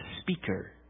speaker